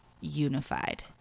unified